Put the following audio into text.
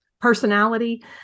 personality